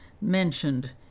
mentioned